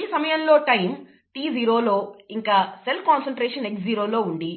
ఈ సమయంలో time t0 లో ఇంకా సెల్ కాన్సన్ట్రేషన్ x0 లో ఉండి